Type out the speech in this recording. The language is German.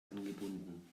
angebunden